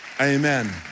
amen